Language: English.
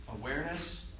awareness